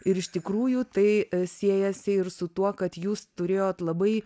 ir iš tikrųjų tai siejasi ir su tuo kad jūs turėjot labai